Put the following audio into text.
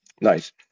Nice